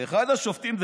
ואחד השופטים,